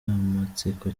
amatsiko